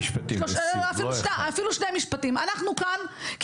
אנחנו כאן,